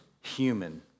human